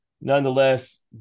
Nonetheless